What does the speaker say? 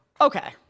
Okay